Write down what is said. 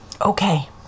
Okay